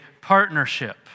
partnership